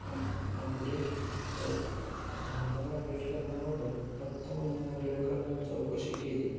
up update चौक online update करण्याबबत पत्ता ऑनलाईन अपडेट करण्यावर चौकशी केली